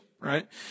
right